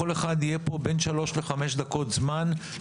לכל אחד יהיה פה בין שלוש לחמש דקות להציג